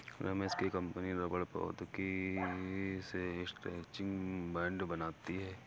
रमेश की कंपनी रबड़ प्रौद्योगिकी से स्ट्रैचिंग बैंड बनाती है